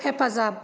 हेफाजाब